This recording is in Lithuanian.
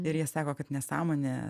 ir jie sako kad nesąmonė